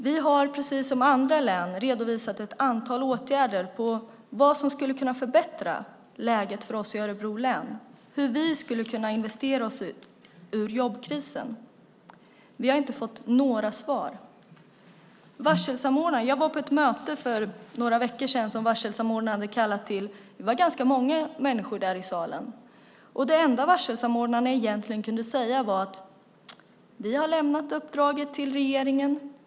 Vi har precis som andra län redovisat ett antal förslag på åtgärder som skulle kunna förbättra läget för oss i Örebro län, förslag på hur vi skulle kunna investera oss ur jobbkrisen. Vi har inte fått några svar. Jag var på ett möte för några veckor sedan som varselsamordnare hade kallat till. Det var ganska många människor där i salen. Det enda varselsamordnarna egentligen kunde säga var: Vi har lämnat uppdraget till regeringen.